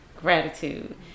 gratitude